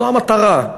זו המטרה.